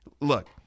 Look